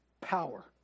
power